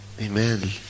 Amen